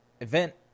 event